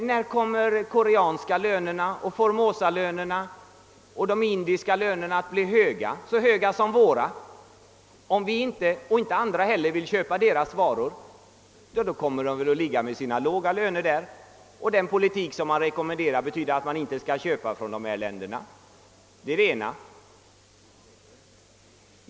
När kommer de koreanska lönerna, formosalönerna och de indiska lönerna att bli lika höga som våra, om inte vare sig vi eller andra vill köpa deras varor? Folket där kommer att ha kvar sina låga löner. Den politik som man rekommenderar oss innebär att vi aldrig skall köpa från dessa länder.